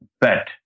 bet